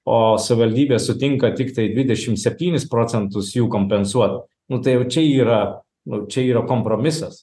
o savivaldybė sutinka tiktai dvidešimt septynis procentus jų kompensuot nu tai jau čia yra nu čia yra kompromisas